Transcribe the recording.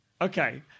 Okay